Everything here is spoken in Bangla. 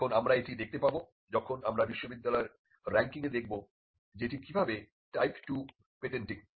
এখন আমরা এটি দেখতে পাব যখন আমরা বিশ্ববিদ্যালয়ের রাঙ্কিংয়ে দেখব যে এটি কিভাবে টাইপ 2 পেটেন্টিং